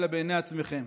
אלא בעיני עצמכם.